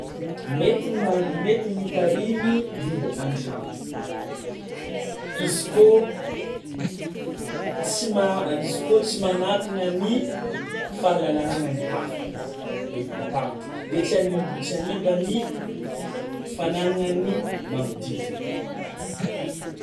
Mety ny ma- mety mitarimy biby an-tragno izy kôa tsy ma- izy kôa tsy manakagna ny fahalalahanan'ny hafa le matahotro, de tsy hanimb- tsy hanimba ny fanagnan'ny manodidina.